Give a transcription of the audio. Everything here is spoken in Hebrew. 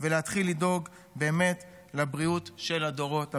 ולהתחיל לדאוג באמת לבריאות של הדורות הבאים.